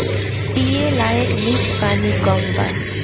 पिए लायक मीठ पानी कम बा